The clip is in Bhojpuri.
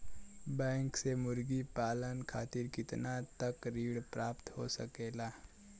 बैंक से मुर्गी पालन खातिर कितना तक ऋण प्राप्त हो सकेला?